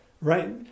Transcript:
right